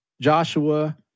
Joshua